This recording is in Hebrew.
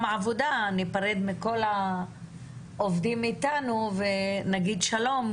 עבודה מסוים ניפרד מכל העובדים איתנו ונגיד שלום,